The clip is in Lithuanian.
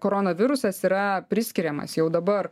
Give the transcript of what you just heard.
koronavirusas yra priskiriamas jau dabar